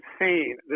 insane